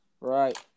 right